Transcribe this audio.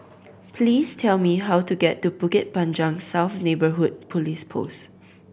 please tell me how to get to Bukit Panjang South Neighbourhood Police Post